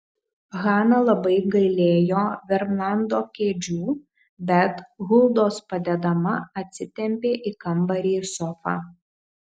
hana labai gailėjo vermlando kėdžių bet huldos padedama atsitempė į kambarį sofą